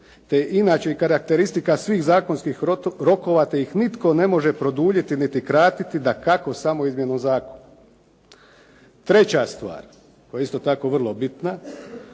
i inače karakteristika svih zakonskih rokova te ih nitko ne može produljiti niti kratiti dakako samo izmjenom zakona. Treća stvar koja je isto tako vrlo bitna.